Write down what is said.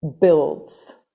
builds